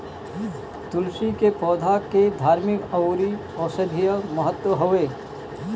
तुलसी के पौधा के धार्मिक अउरी औषधीय महत्व हवे